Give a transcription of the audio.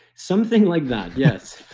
something like that, yes